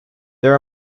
there